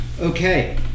Okay